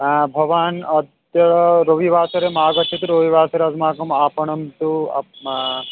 भवान् अत्र रविवासरे मागच्छतु रविवासरे अस्माकम् आपणं तु